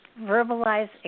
verbalize